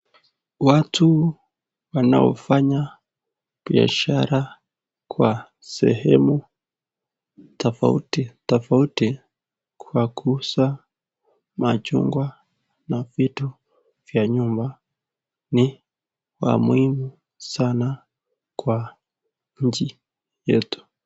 Watu wanaofanya biashara kwa sehemu tofauti tofauti kwa kuuza machungwa na vitu vya nyumba ni wa muhimu sana kwa nchi yetu.